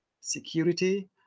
security